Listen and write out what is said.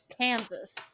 Kansas